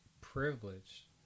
privilege